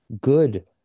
good